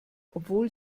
obwohl